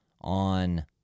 on